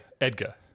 Edgar